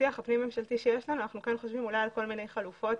בשיח הפנים ממשלתי שיש לנו אנחנו אולי חושבים על כל מיני חלופות